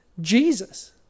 jesus